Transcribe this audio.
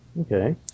Okay